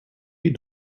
die